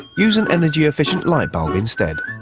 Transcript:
use an energy-efficient light bulb instead.